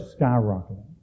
skyrocketing